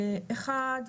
אחד,